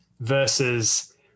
versus